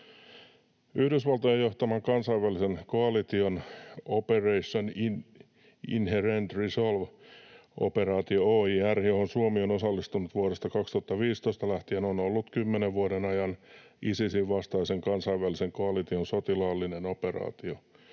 Yhdysvaltojen johtaman kansainvälisen koalition Operation Inherent Resolve ‑operaatio, OIR, johon Suomi on osallistunut vuodesta 2015 lähtien, on ollut kymmenen vuoden ajan Isisin vastaisen kansainvälisen koalition sotilaallinen operaatio.